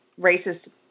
racist